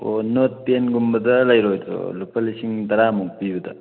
ꯑꯣ note ten ꯒꯨꯝꯕꯗ ꯂꯩꯔꯣꯏꯗ꯭ꯔꯣ ꯂꯨꯄꯥ ꯂꯤꯁꯤꯡ ꯇꯔꯥ ꯃꯨꯛ ꯄꯤꯕꯗ